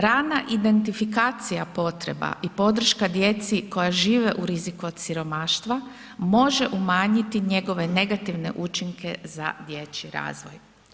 Rana identifikacija potreba i podrška djeci koja žive u riziku od siromaštva može umanjiti njegove negativne učinke za dječji razvoj.